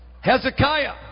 Hezekiah